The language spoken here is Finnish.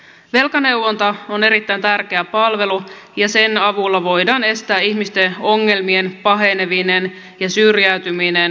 velkaneuvonta on erittäin tärkeä palvelu ja sen avulla voidaan estää ihmisten ongelmien paheneminen ja heidän syrjäytymisensä